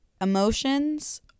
emotions